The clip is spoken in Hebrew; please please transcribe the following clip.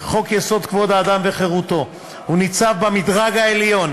כבוד האדם וחירותו, הוא ניצב במדרג העליון